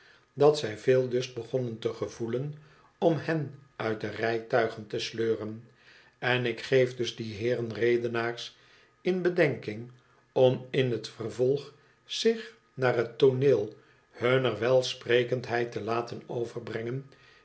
dat zij veel lust begonnen te gevoelen om hen uit de rijtuigen te sleuren en ik geef dus die heeren redenaars in bedenking om in het vervolg zich naar het tooneel hunner welsprekendheid te laten overbrengen